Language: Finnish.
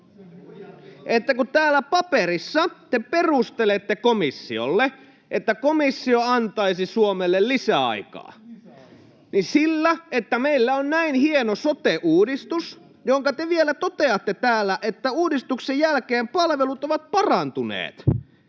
Täällä paperissa te perustelette sitä, että komissio antaisi Suomelle lisäaikaa, sillä, että meillä on näin hieno sote-uudistus, josta te vielä toteatte täällä, että uudistuksen jälkeen palvelut ovat parantuneet,